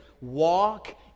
walk